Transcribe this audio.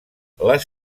les